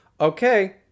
okay